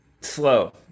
slow